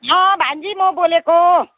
अँ भान्जी म बोलेको